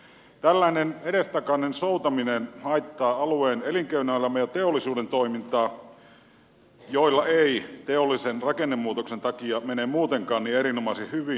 tällainen edestakainen soutaminen haittaa alueen elinkeinoelämän ja teollisuuden toimintaa joilla ei teollisen rakennemuutoksen takia mene muutenkaan niin erinomaisen hyvin